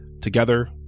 Together